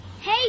Hey